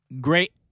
Great